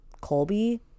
Colby